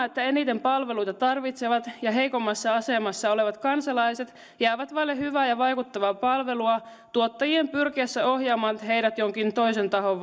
että eniten palveluita tarvitsevat ja heikoimmassa asemassa olevat kansalaiset jäävät vaille hyvää ja vaikuttavaa palvelua tuottajien pyrkiessä ohjaamaan heidät jonkin toisen tahon